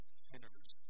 sinners